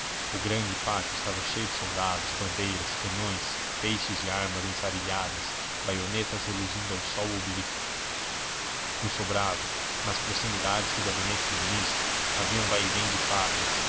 o grande pátio estava cheio de soldados bandeiras canhões feixes de armas ensarilhadas baionetas reluzindo ao sol oblíquo no sobrado nas proximidades do gabinete do ministro havia um vaivém de fardas